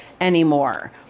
anymore